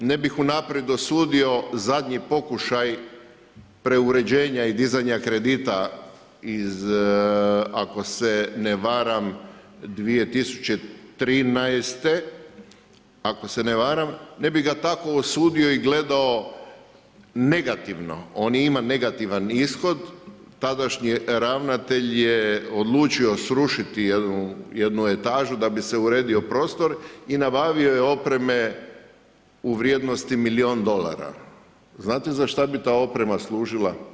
Ne bih unaprijed osudio zadnji pokušaj preuređenja i dizanja kredita iz, ako se ne varam 2013., ako se ne varam, ne bih ga tako osudio i gledao negativno, on ima negativan ishod, tadašnji ravnatelj je odlučio srušit jednu etažu da bi se uredio prostor i nabavio je opreme u vrijednosti milijun dolara, znate za šta bi ta oprema služila?